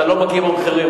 אתה לא מכיר מחירים.